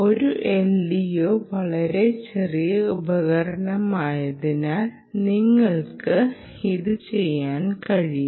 ഒരു LDO വളരെ ചെറിയ ഉപകരണമായതിനാൽ നിങ്ങൾക്കും ഇത് ചെയ്യാൻ കഴിയും